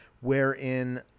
wherein